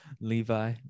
Levi